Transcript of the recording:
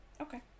okay